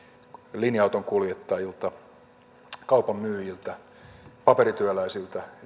linja autonkuljettajilta kaupan myyjiltä paperityöläisiltä